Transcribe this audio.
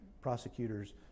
prosecutors